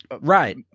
right